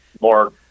more